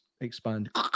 expand